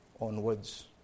onwards